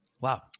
Wow